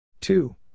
Two